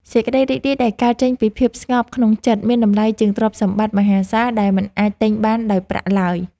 សេចក្តីរីករាយដែលកើតចេញពីភាពស្ងប់ក្នុងចិត្តមានតម្លៃជាងទ្រព្យសម្បត្តិមហាសាលដែលមិនអាចទិញបានដោយប្រាក់ឡើយ។